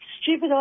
stupid